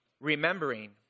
remembering